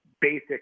basic